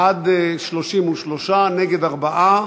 בעד, 33, נגד, 4,